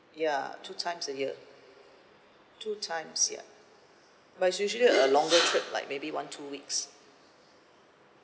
ya two times a year two times ya but usually a long trip like maybe one two weeks